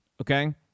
okay